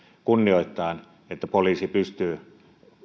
kunnioittaen että poliisi pystyy